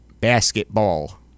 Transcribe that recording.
basketball